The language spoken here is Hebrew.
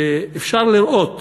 שאפשר לראות